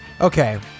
Okay